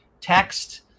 text